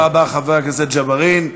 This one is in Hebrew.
תודה רבה חבר הכנסת ג'בארין.